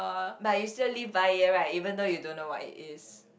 but you still live by ear right even though you don't know what it is